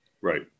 Right